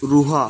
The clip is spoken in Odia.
ରୁହ